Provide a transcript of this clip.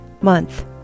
month